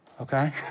okay